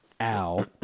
Al